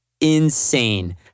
insane